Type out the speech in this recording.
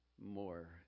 more